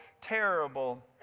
terrible